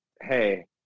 hey